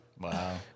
Wow